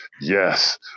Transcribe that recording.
yes